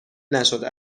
نشده